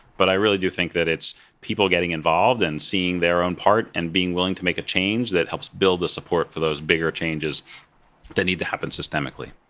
but i really do think that it's people getting involved and seeing their own part and being willing to make a change that helps build the support for those bigger changes that need to happen systemically.